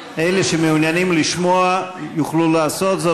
אלה שמעוניינים לשמוע יוכלו לעשות זאת,